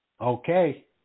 Okay